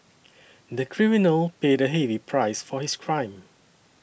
the criminal paid a heavy price for his crime